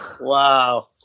Wow